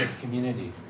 community